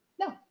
No